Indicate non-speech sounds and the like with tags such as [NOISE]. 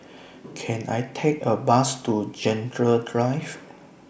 Can I Take A Bus to [UNINTELLIGIBLE] Drive